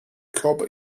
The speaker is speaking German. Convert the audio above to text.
körper